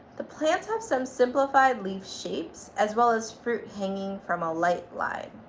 the plants have some simplified leaf shapes as well as fruit hanging from a light line.